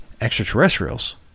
extraterrestrials